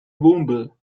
woomble